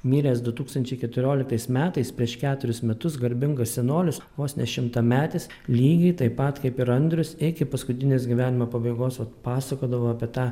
miręs du tūkstančiai keturioliktais metais prieš keturis metus garbingas senolis vos ne šimtametis lygiai taip pat kaip ir andrius iki paskutinės gyvenimo pabaigos vat pasakodavo apie tą